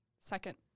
Second